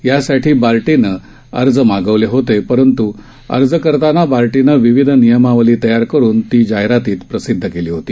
यासाठी बार्टीनं अर्ज मागवले होते परंतु अर्ज करताना बार्टीनं विविध नियमावली तयार करून ती जाहिरातीत प्रसिद्ध केली होती